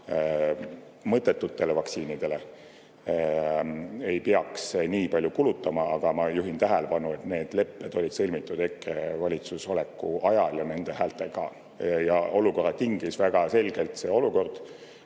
mõttetutele vaktsiinidele ei peaks nii palju kulutama. Aga ma juhin tähelepanu, et need lepped olid sõlmitud EKRE valitsuses oleku ajal ja nende häältega. Ja need lepped tingis väga selgelt see olukord,